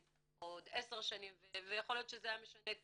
או עוד עשר שנים ויכול להיות שזה היה משנה את